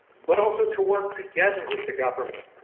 but also to work together with the government,